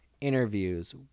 interviews